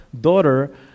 daughter